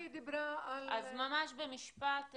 ממש במשפט,